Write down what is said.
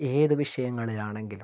ഏത് വിഷയങ്ങളിലാണെങ്കിലും